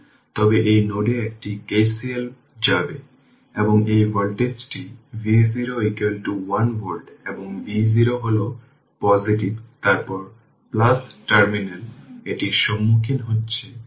সুতরাং এই 40 কে 10 40 এই 4 অ্যাম্পিয়ার দ্বারা ভাগ করা হবে